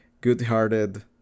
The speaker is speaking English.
good-hearted